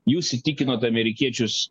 jūs įtikinote amerikiečius